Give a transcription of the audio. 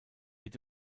wird